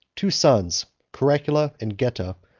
two sons, caracalla and geta,